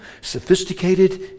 sophisticated